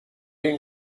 این